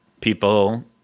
people